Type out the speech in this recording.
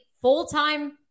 full-time